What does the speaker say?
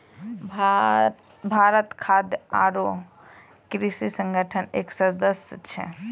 भारत खाद्य आरो कृषि संगठन के एक सदस्य छै